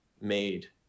made